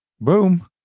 Boom